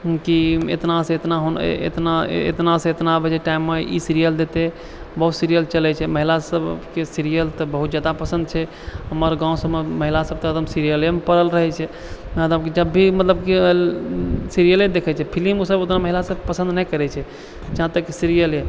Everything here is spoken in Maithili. की इतना सँ इतना इतना सँ इतना बजे टाइममे ई सीरीयल देतै बहुत सीरीयल चलै छै महिला सबके सीरीयल तऽ बहुत जादा पसन्द छै हमर गाँव सबमे महिला सब तऽ हरदम सीरीयलेमे पड़ल रहै छै ने तऽ जब भी मतलब की सीरीयले देखै छै फिल्म ओ सब महिला सब ओते पसन्द नहि करै छै जहाँ तक की सीरीयले